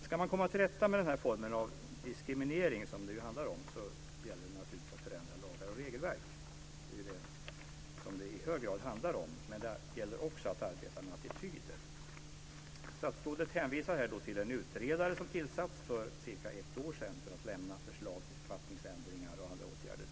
För att komma till rätta med den här formen av diskriminering, som det ju handlar om, gäller det naturligtvis att förändra lagar och regelverk - något som det i hög grad handlar om - men det gäller också att arbeta med attityder. Statsrådet hänvisar till den utredare som för cirka ett år sedan tillsatts för att lämna förslag till författningsändringar och andra åtgärder.